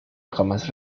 jamás